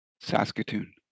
Saskatoon